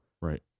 Right